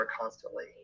constantly